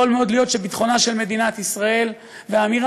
יכול מאוד להיות שביטחונה של מדינת ישראל והאמירה